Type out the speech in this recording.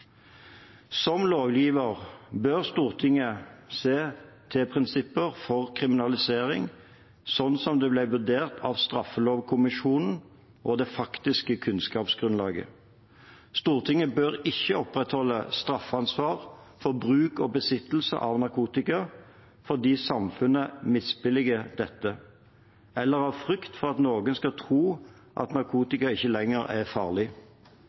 Som lovgiver bør Stortinget se til prinsipper for kriminalisering sånn det ble vurdert av straffelovkommisjonen, og det faktiske kunnskapsgrunnlaget. Stortinget bør ikke opprettholde straffansvar for bruk og besittelse av narkotika fordi samfunnet misbilliger dette, eller av frykt for at noen skal tro at narkotika ikke lenger er farlig.